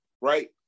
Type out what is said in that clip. right